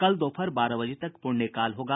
कल दोपहर बारह बजे तक पुण्यकाल होगा